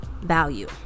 value